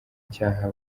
cyaha